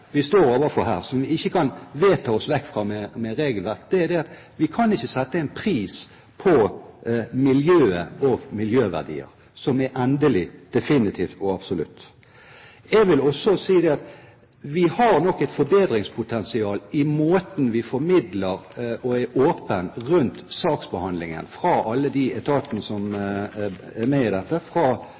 vi står overfor her, som vi ikke kan vedta oss vekk fra med regelverk, er at vi ikke kan sette en pris på miljøet og miljøverdier som er endelig, definitiv og absolutt. Jeg vil også si at vi nok har et forbedringspotensial når det gjelder måten vi formidler på og er åpne rundt saksbehandlingen. Det gjelder alle de etatene som er med i dette